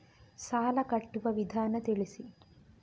ಸಾಲ ಕಟ್ಟುವ ವಿಧಾನ ತಿಳಿಸಿ?